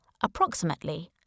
approximately